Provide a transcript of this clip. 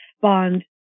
Bond